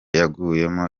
yaguyemo